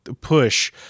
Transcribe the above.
push